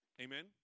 Amen